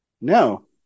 no